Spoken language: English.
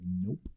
nope